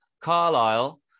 Carlisle